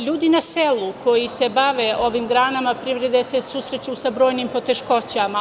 Ljudi na selu koji se bave ovim granama privrede se susreću sa brojnim poteškoćama.